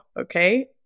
Okay